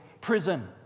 Prison